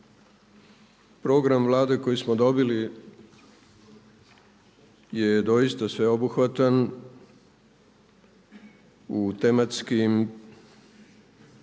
Program Vlade koji smo dobili je doista sveobuhvatan u tematskim i